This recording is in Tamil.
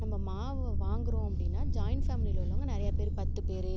நம்ம மாவு வாங்குகிறோம் அப்படின்னா ஜாயின் ஃபேமிலியில் உள்ளவங்க நிறையா பேர் பத்து பேர்